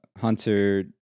Hunter